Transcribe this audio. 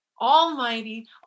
almighty